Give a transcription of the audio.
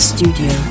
Studio